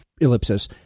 ellipsis